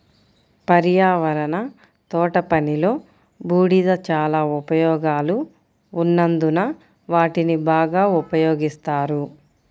పర్యావరణ తోటపనిలో, బూడిద చాలా ఉపయోగాలు ఉన్నందున వాటిని బాగా ఉపయోగిస్తారు